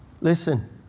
Listen